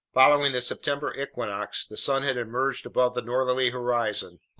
following the september equinox, the sun had emerged above the northerly horizon,